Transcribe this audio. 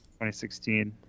2016